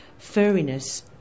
furriness